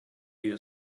you